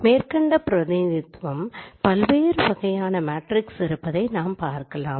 மேற்கண்ட பிரதிநிதித்துவம் பல்வேறு வகையான மேட்ரிக்ஸ் இருப்பதை நாம் பார்க்கலாம்